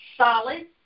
Solid